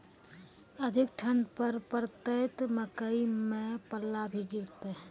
अधिक ठंड पर पड़तैत मकई मां पल्ला भी गिरते?